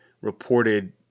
reported